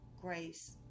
grace